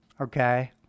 Okay